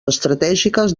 estratègiques